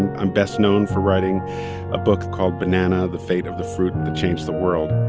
and i'm best known for writing a book called banana the fate of the fruit that changed the world.